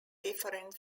different